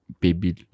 baby